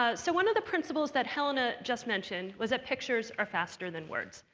ah so one of the principles that helena just mentioned was that pictures are faster than words.